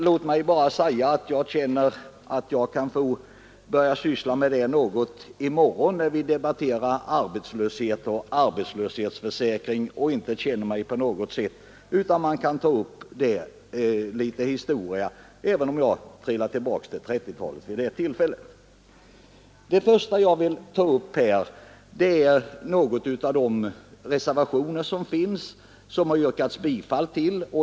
Låt mig bara säga att jag tror mig få syssla med detta något i morgon när vi debatterar arbetslöshet och arbetslöshetsförsäkring, även om jag då trillar tillbaka till 1930-talet. Jag vill först ta upp något i de reservationer, som har yrkats bifall till.